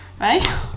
right